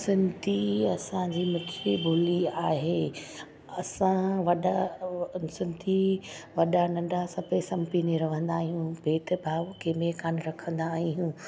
सिंधी असांजी मिठड़ी ॿोली आहे असां वॾा सिंधी वॾा नंढा सभु सम्पिने रहंदा आहियूं भेदभाव कंहिं में कोन रखंदा आहियूं